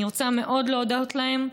אני רוצה מאוד להודות להם.